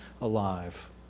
alive